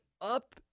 up